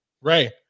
right